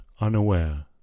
unaware